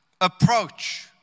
approach